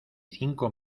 cinco